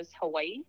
Hawaii